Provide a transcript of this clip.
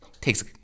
takes